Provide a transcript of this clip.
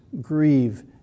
grieve